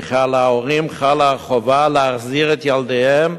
וכי על ההורים חלה החובה להחזיר את ילדיהם